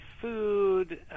food